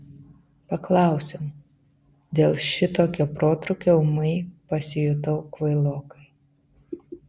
paklausiau dėl šitokio protrūkio ūmai pasijutau kvailokai